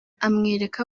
amwereka